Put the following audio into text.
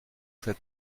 fais